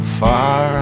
far